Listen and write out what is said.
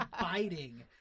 biting